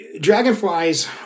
Dragonflies